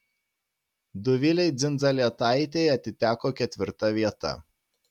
dovilei dzindzaletaitei atiteko ketvirta vieta